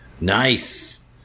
nice